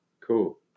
Cool